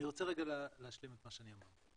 אני רוצה רגע להשלים את מה שאני אומר.